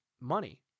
money